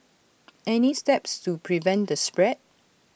any steps to prevent the spread